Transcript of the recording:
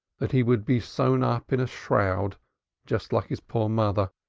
that he would be sewn up in a shroud just like his poor mother,